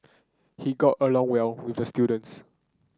he got along well with the students